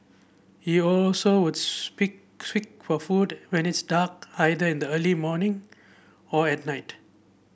he also would squeak for food when it's dark either in the early morning or at night